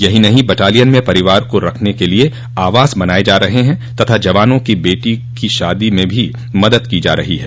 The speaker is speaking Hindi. यही नहीं बटालियन में परिवारों को रखने के लिये आवास बनाये जा रहे हैं तथा जवानों की बेटियों की शादी में भी मदद की जा रही है